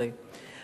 הרי,